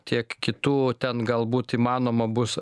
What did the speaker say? tiek kitų ten galbūt įmanoma bus